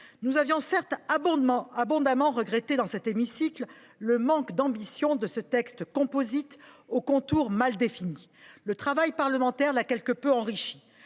Nous avions certes abondamment regretté dans cet hémicycle le manque d’ambition de ce texte composite, aux contours mal définis. Le travail parlementaire l’a quelque peu enrichi.